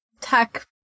tech